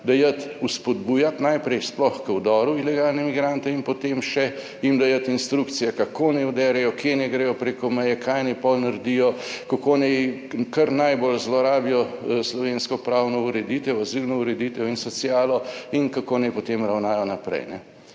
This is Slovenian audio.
dajati, vzpodbujati, najprej sploh k vdoru ilegalne migrante in potem še jim dajati instrukcije, kako naj vderejo, kje naj gredo preko meje, kaj naj potem naredijo, kako naj kar najbolj zlorabijo slovensko pravno ureditev, azilno ureditev in socialo in kako naj potem ravnajo naprej.